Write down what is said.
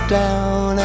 down